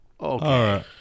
okay